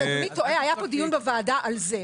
אדוני טועה, היה פה דיון בוועדה על זה.